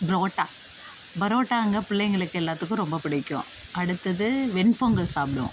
புரோட்டா பரோட்டா எங்கள் பிள்ளைங்களுக்கு எல்லாத்துக்கும் ரொம்ப பிடிக்கும் அடுத்தது வெண்பொங்கல் சாப்பிடுவோம்